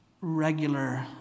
regular